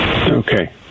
Okay